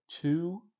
two